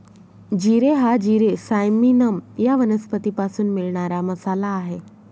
जिरे हा जिरे सायमिनम या वनस्पतीपासून मिळणारा मसाला आहे